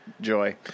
joy